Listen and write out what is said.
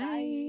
Bye